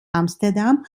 amsterdam